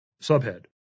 Subhead